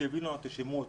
שיעביר אלינו את השמות